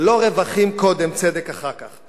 ולא רווחים קודם, צדק אחר כך.